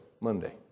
Monday